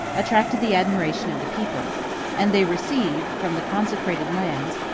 attracted the admiration of the people and they received, from the consecrated lands,